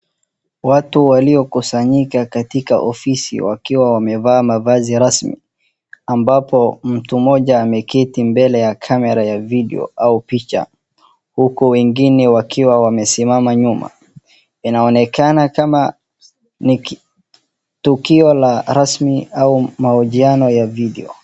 Watu waliokusanyika katikka ofisi wakiwa wamevaa mavazi rasmi ambapo mtu mmoja ameketi mbele ya camera ya video au picha, huku wengine wakiwa wamesimama nyuma inaonekana kama ni tukio la rasmi au mahojiano ya video .